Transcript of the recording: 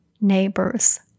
neighbors